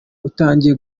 utangiye